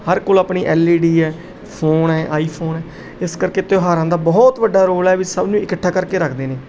ਹਰ ਕੋਲ ਆਪਣੀ L E D ਹੈ ਫੋਨ ਹੈ ਆਈਫੋਨ ਹੈ ਇਸ ਕਰਕੇ ਤਿਉਹਾਰਾਂ ਦਾ ਬਹੁਤ ਵੱਡਾ ਰੋਲ ਹੈ ਵੀ ਸਭ ਨੂੰ ਇਕੱਠਾ ਕਰਕੇ ਰੱਖਦੇ ਨੇ